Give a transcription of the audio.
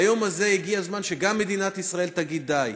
ביום הזה, הגיע הזמן שגם מדינת ישראל תגיד: די,